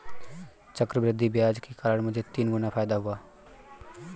चक्रवृद्धि ब्याज के कारण मुझे तीन गुना फायदा हुआ